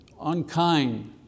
unkind